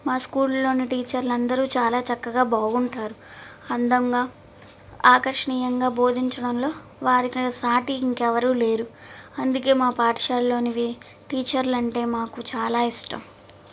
మా స్కూల్లోని టీచర్లు అందరు చాలా చక్కగా బాగుంటారు అందంగా ఆకర్షణీయంగా బోధించడంలో వారికి సాటి ఇంకెవరు లేరు అందుకే మా పాఠశాలలోని టీచర్లు అంటే మాకు చాలా ఇష్టం